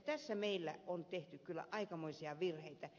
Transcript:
tässä meillä on tehty kyllä aikamoisia virheitä